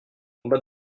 combat